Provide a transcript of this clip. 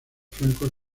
francos